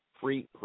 free